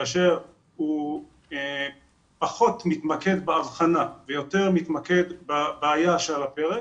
כאשר הוא פחות מתמקד בהבחנה ויותר מתמקד בבעיה של הפרק